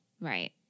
Right